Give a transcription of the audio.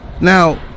Now